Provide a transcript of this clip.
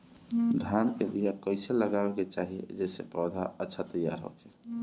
धान के बीया कइसे लगावे के चाही जेसे पौधा अच्छा तैयार होखे?